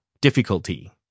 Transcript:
Difficulty